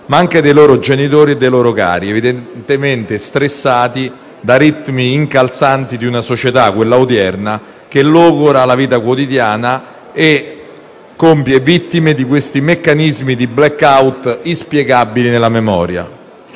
ma anche dei loro genitori e dei loro cari, evidentemente stressati dai ritmi incalzanti di una società, quella odierna, che logora la vita quotidiana e vittime di un meccanismo di *blackout* inspiegabile nella memoria.